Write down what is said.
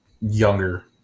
younger